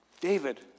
David